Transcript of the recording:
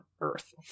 earth